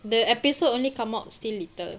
the episode only come out still little